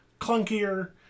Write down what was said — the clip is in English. clunkier